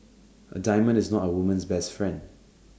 A diamond is not A woman's best friend